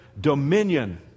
dominion